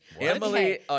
Emily